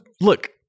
look